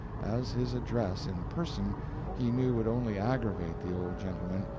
as his address in person he knew would only aggravate the old gentleman,